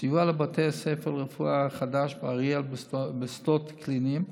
סיוע לבית הספר לרפואה החדש באריאל בשדות קליניים,